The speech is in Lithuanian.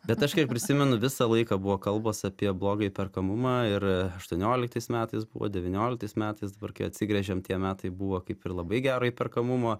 bet aš kiek prisimenu visą laiką buvo kalbos apie blogąjį perkamumą ir aštuonioliktais metais buvo devynioliktais metais dabar kai atsigręžėm tie metai buvo kaip ir labai gero įperkamumo